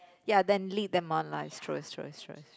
ya then lead the month choice choice choice